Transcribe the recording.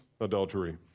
adultery